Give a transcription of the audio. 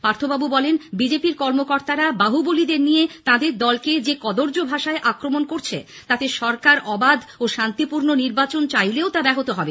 পার্থবাবু বলেন বিজেপি র কর্মকর্তারা বাহুবলীদের নিয়ে তাঁদের দলকে যে কদর্য্য ভাষায় আক্রমণ করছে তাতে সরকার অবাধ ও শান্তিপূর্ণ নির্বাচন চাইলেও তা ব্যাহত হবে